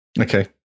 Okay